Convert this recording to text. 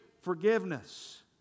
forgiveness